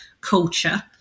culture